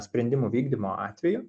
sprendimų vykdymo atveju